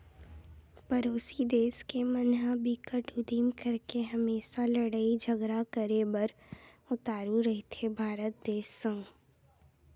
परोसी देस के मन ह बिकट उदिम करके हमेसा लड़ई झगरा करे बर उतारू रहिथे भारत देस संग